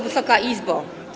Wysoka Izbo!